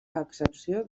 excepció